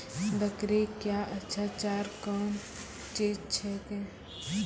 बकरी क्या अच्छा चार कौन चीज छै के?